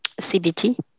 CBT